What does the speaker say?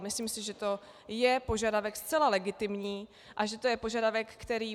Myslím si, že to je požadavek zcela legitimní a že to je požadavek, který...